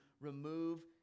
remove